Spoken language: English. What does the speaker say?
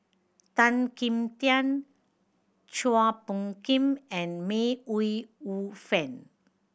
Tan Kim Tian Chua Phung Kim and May Ooi Yu Fen